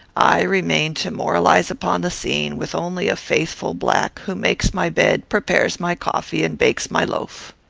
i remain to moralize upon the scene, with only a faithful black, who makes my bed, prepares my coffee, and bakes my loaf.